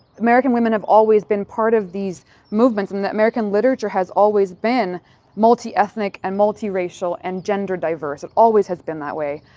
american women have always been part of these movements and that american literature has always been multi-ethnic and multi-racial and gender diverse, it always has been that way.